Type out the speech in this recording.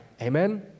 Amen